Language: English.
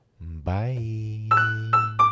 Bye